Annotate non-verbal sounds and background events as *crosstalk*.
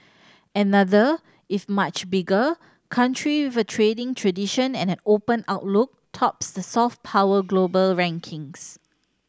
another if much bigger country *unintelligible* trading tradition and an open outlook tops the soft power global rankings